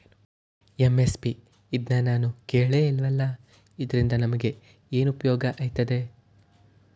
MSP ಇದ್ನನಾನು ಕೇಳೆ ಇಲ್ವಲ್ಲ? ಇದ್ರಿಂದ ನಮ್ಗೆ ಏನ್ಉಪ್ಯೋಗ ಆಯ್ತದೆ?